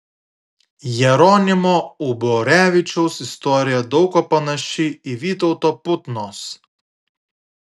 jeronimo uborevičiaus istorija daug kuo panaši į vytauto putnos